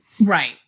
Right